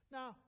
Now